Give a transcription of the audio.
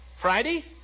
Friday